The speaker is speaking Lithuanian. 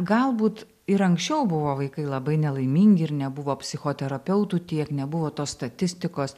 galbūt ir anksčiau buvo vaikai labai nelaimingi ir nebuvo psichoterapeutų tiek nebuvo tos statistikos